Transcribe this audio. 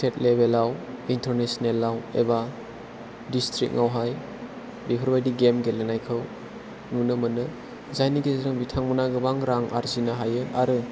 state level आव international आव एबा डिस्ट्रिक्ट आवहाय बेफोरबायदि गेम गेलेनायखौ नुनो मोनो जायनि गेजेरजों बिथांमोना गोबां रां आरजिनो हायो आरो